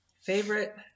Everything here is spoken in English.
favorite